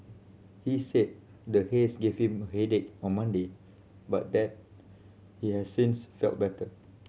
he said the haze gave him a headache on Monday but that he has since felt better